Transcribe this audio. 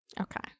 Okay